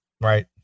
Right